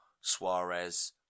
Suarez